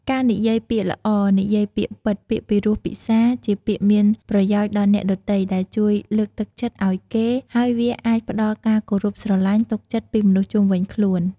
ការនិយាយពាក្យល្អ និយាយពាក្យពិត ពាក្យពីរោះពិសារ ជាពាក្យមានប្រយោជន៍ដល់អ្នកដទៃ ដែលជួយលើកទឹកចិត្តឱ្យគេ ហើយវាអាចផ្តល់ការគោរពស្រទ្បាញ់ ទុកចិត្តពីមនុស្សជុំវិញខ្លួន។